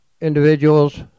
individuals